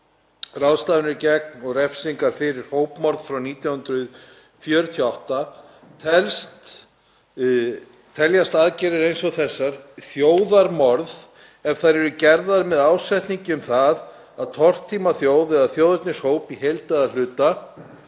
ráðstafanir gegn og refsingar fyrir hópmorð frá 1948, teljast aðgerðir eins og þessar þjóðarmorð ef þær eru gerðar með ásetningi að tortíma þjóð eða þjóðernishópum í heild eða hluta,